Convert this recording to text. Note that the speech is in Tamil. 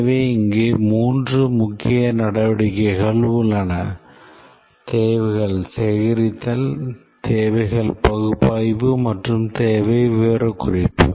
எனவே இங்கே மூன்று முக்கிய நடவடிக்கைகள் உள்ளன தேவைகள் சேகரித்தல் தேவைகள் பகுப்பாய்வு மற்றும் தேவை விவரக்குறிப்பு